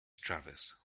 travis